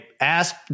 Ask